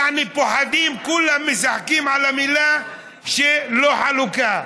יעני, פוחדים, כולם משחקים על המילה: לא חלוקה,